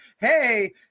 Hey